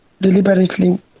deliberately